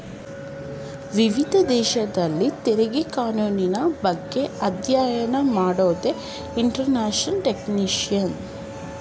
ವಿವಿಧ ದೇಶದಲ್ಲಿನ ತೆರಿಗೆ ಕಾನೂನಿನ ಬಗ್ಗೆ ಅಧ್ಯಯನ ಮಾಡೋದೇ ಇಂಟರ್ನ್ಯಾಷನಲ್ ಟ್ಯಾಕ್ಸ್ಯೇಷನ್